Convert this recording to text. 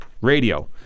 Radio